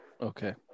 Okay